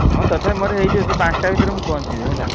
ହଁ ତଥାପି ମୋର ହେଇଯିବ ସେଇ ପାଞ୍ଚଟା ଭିତରେ ମୁଁ ପହଞ୍ଚିଯିବି ହେଲା